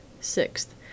Sixth